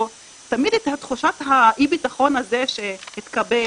תמיד את תחושת אי הביטחון הזה שהתקבל,